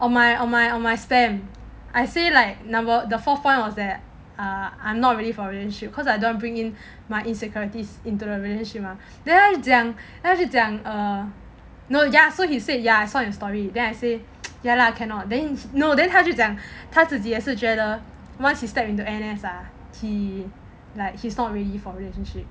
on my on my on my spam I say like number the forth [one] was that uh I'm not really ready for relationship because I don't bring in my insecurities into the relationship mah then 他就讲他就讲 err no ya so he said ya I saw your story then I say ya lah cannot then no then 他就讲他自己也是觉得 once you step into N_S ah he like he's not ready for relationship